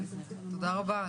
תודה רבה תמר,